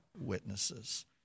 witnesses